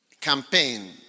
Campaign